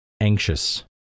anxious